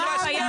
אין עם פלסטיני.